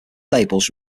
labels